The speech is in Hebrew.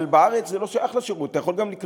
אבל בארץ זה לא שייך לשירות, אתה יכול לקנות